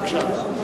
בבקשה.